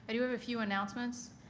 i do have a few announcements.